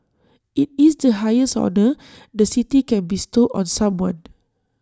IT is the highest honour the city can bestow on someone